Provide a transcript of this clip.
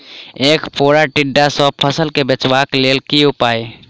ऐंख फोड़ा टिड्डा सँ फसल केँ बचेबाक लेल केँ उपाय?